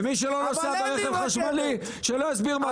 ומי שלא נוסע ברכב חשמלי שלא יסביר מה